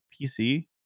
PC